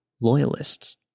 Loyalists